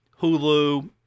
Hulu